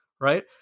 right